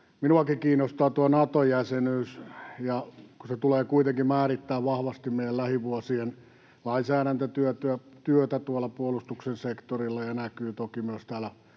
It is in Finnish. Minuakin kiinnostaa tuo Nato-jäsenyys, ja kun se tulee kuitenkin määrittämään vahvasti meidän lähivuosien lainsäädäntötyötä tuolla puolustuksen sektorilla ja näkyy toki myös täällä